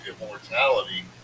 immortality